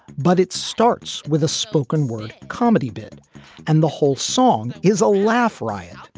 but it starts with a spoken word comedy bid and the whole song is a laugh riot.